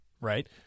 Right